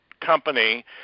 company